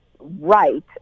right